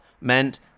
meant